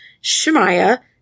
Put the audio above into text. Shemaiah